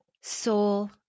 soul